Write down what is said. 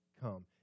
come